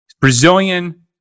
Brazilian